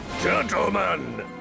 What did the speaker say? Gentlemen